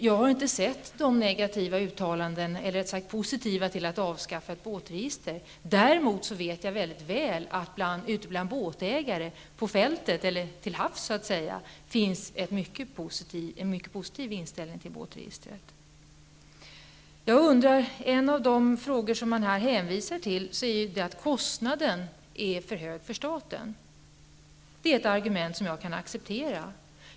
Jag har inte sett dessa uttalanden som skulle vara positiva till att båtregistret avskaffas. Däremot vet jag mycket väl att det ute bland båtägare -- till havs, så att säga -- finns en mycket positiv inställning till båtregistret. Det hänvisas till att kostnaden för staten är för hög. Det är ett argument som jag kan acceptera.